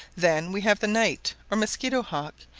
then we have the night or mosquito-hawk,